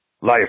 life